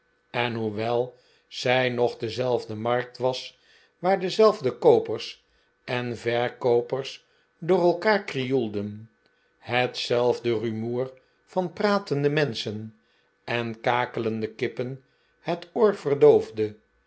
en hoewel zij nog dezelfde markt was waar dezelfde koopers en verkoopers door elkaar krioelden hetzelfde rumoer van pratende menschen en kakelende kippen het oor